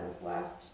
last